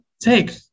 take